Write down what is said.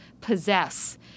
possess